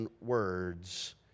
words